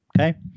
okay